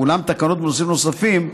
אולם תקנות בנושאים נוספים,